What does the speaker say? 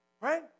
right